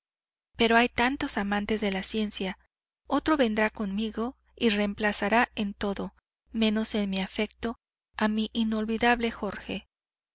pero hay tantos amantes de la ciencia otro vendrá conmigo y reemplazará en todo menos en mi afecto a mi inolvidable jorge